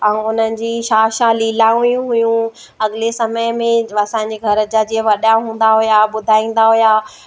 ऐं उन्हनि जी छा छा लीलायूं हुयूं अॻिले समय में असांजे घर जा जीअं वॾा हूंदा हुआ ॿुधाईंदा हुआ